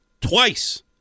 twice